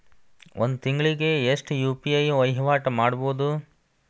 ಒಂದ್ ತಿಂಗಳಿಗೆ ಎಷ್ಟ ಯು.ಪಿ.ಐ ವಹಿವಾಟ ಮಾಡಬೋದು?